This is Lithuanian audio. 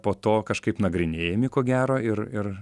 po to kažkaip nagrinėjami ko gero ir ir